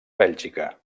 bèlgica